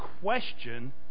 question